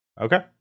Okay